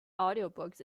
audiobooks